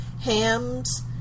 hams